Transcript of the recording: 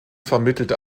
vermittelt